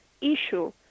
issue